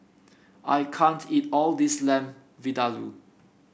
I can't eat all this Lamb Vindaloo